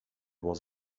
was